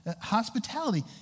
Hospitality